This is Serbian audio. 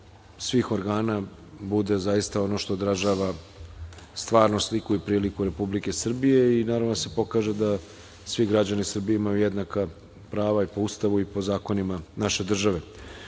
svih organa bude zaista ono što odražava stvarnu sliku i priliku Republike Srbije i naravno da se pokaže da svi građani Srbije imaju jednaka prava i po Ustavu i po zakonima naše države. Voleo